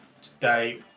Today